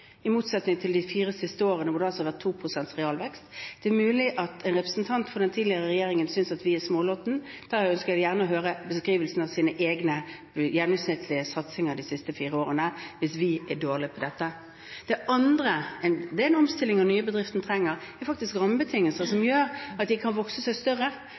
i motsetning til de fire siste årene, hvor det har vært 2 pst. realvekst. Det er mulig at en representant for den tidligere regjeringen synes at vi er smålåtne. Hvis vi er dårlige på dette, ønsker jeg gjerne å få høre en beskrivelse av hans egne gjennomsnittlige satsinger de siste fire årene. Den andre omstillingen nye bedrifter trenger, er rammebetingelser som gjør at de kan vokse seg større.